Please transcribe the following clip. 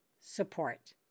support